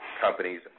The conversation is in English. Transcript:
companies